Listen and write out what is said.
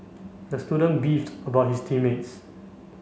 the student beefed about his team mates